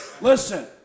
Listen